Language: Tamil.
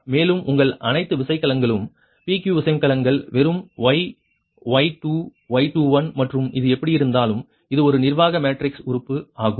மேலும் உங்கள் அனைத்து விசைக்கலம்களும் PQ விசைக்கலம்கள் வெறும் Y Y2 Y21 மற்றும் இது எப்படியிருந்தாலும் இது ஒரு நிர்வாக மேட்ரிக்ஸ் உறுப்பு ஆகும்